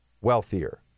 wealthier